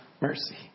mercy